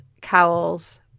cowls